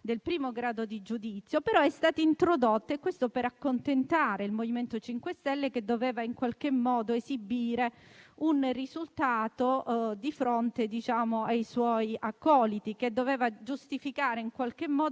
del primo grado di giudizio, che è stata introdotta per accontentare il MoVimento 5 Stelle, che doveva in qualche modo esibire un risultato di fronte ai suoi accoliti, dovendo giustificare